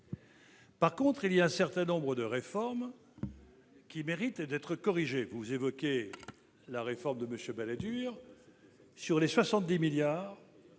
revanche, un certain nombre de ces réformes méritent d'être corrigées. Vous évoquez la réforme de M. Balladur : sur les 70 milliards